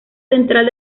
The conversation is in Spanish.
central